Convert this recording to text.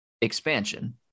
expansion